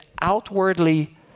outwardly